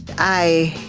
i